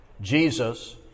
Jesus